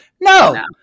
No